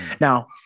Now